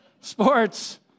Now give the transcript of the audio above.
Sports